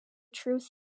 truth